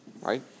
right